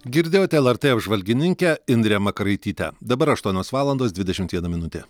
girdėjot lrt apžvalgininkę indrę makaraitytę dabar aštuonios valandos dvidešimt viena minutė